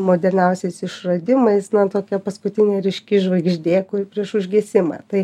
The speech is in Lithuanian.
moderniausiais išradimais na tokia paskutinė ryški žvaigždė prieš užgesimą tai